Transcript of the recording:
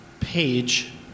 page